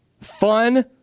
fun